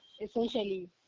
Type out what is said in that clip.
essentially